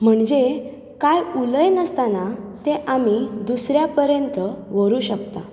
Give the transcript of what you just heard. म्हणजे कांय उलयनासतना तें आमी दुसऱ्या पर्यंत व्हरूंक शकता